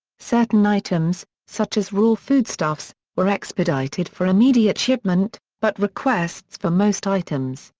certain items, such as raw foodstuffs, were expedited for immediate shipment, but requests for most items,